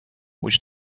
which